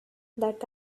that